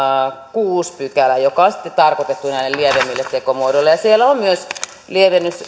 kuudes pykälä joka on tarkoitettu näille lievemmille tekomuodoille siellä on myös lievennys